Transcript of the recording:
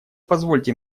позвольте